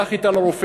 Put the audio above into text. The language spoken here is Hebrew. הלך אתה לרופא,